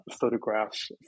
photographs